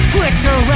Twitter